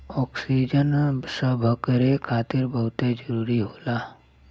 oxygen सभकरे खातिर बहुते जरूरी होला